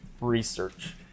research